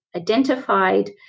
identified